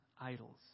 idols